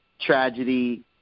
Tragedy